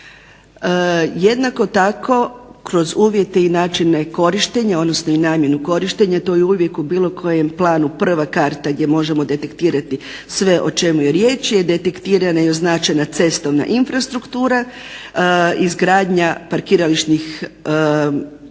Jednako tako kroz uvjete i načine korištenja odnosno namjenu korištenja to je uvijek bilo u kojem planu prva karta gdje možemo detektirati sve o čemu je riječ je diktirana i označena cestovna infrastruktura, izgradnja parkirališnih površina